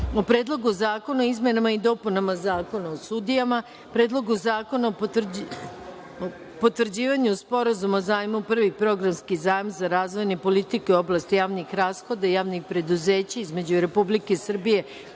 o: Predlogu zakona o izmenama i dopunama Zakona o sudijama, Predlogu zakona o potvrđivanju Sporazuma o zajmu (Prvi programski zajam za razvojne politike u oblasti javnih rashoda i javnih preduzeća) između Republike Srbije